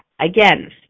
Again